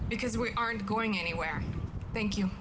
because we aren't going anywhere thank you